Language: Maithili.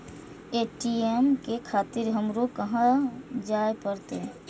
ए.टी.एम ले खातिर हमरो कहाँ जाए परतें?